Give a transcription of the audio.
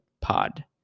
pod